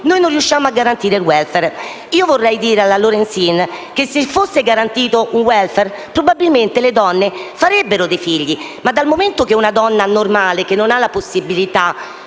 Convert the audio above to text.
noi non riusciamo a garantire il *welfare*. Io vorrei dire alla Lorenzin che, se fosse garantito un *welfare*, probabilmente le donne farebbero dei figli. Ma una donna normale non ha la possibilità,